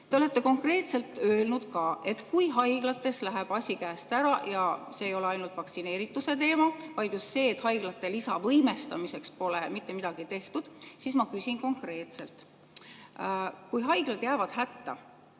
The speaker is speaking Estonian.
Te olete konkreetselt öelnud, et kui haiglates läheb asi käest ära ... See ei ole ainult vaktsineerituse teema, vaid just see, et haiglate lisavõimestamiseks pole mitte midagi tehtud. Ma küsin konkreetselt. Kui haiglad jäävad hätta